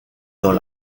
dans